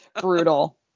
Brutal